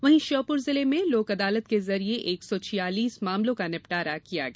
वहीं श्योपुर जिले में लोक अदालत के जरिए एक सौ छियालीस मामलों का निपटारा किया गया